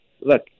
look